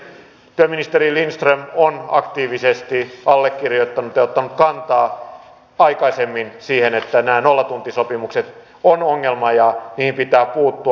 työministeri lindström on aktiivisesti ottanut kantaa aikaisemmin siihen että nämä nollatuntisopimukset ovat ongelma ja niihin pitää puuttua